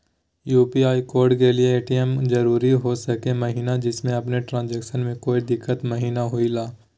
UPI code के लिए ATM का जरूरी हो सके महिना जिससे हमें ट्रांजैक्शन में कोई दिक्कत महिना हुई ला?